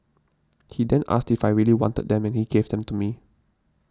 he then asked if I really wanted them and he gave them to me